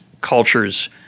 cultures